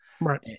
Right